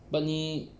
but 你